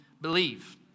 believe